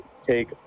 take